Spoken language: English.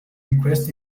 request